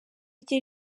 rye